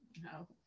No